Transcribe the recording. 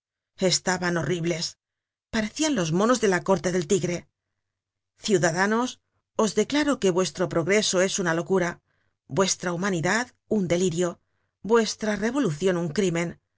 estaban horribles parecian los monos de la corte del tigre ciudadanos os declaro que vuestro progreso es una locura vuestra humanidad un delirio vuestra revolucion un crimen